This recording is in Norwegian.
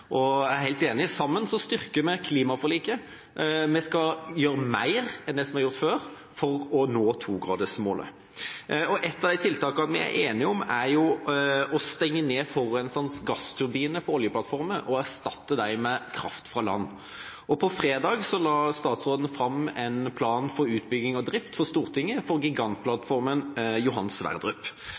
Og jeg er helt enig: Sammen styrker vi klimaforliket. Vi skal gjøre mer enn det som er gjort før, for å nå togradersmålet. Ett av de tiltakene vi er enige om, er å stenge forurensende gassturbiner på oljeplattformer og erstatte dem med kraft fra land. På fredag la statsråden fram for Stortinget en plan for utbygging og drift for gigantplattformen Johan Sverdrup.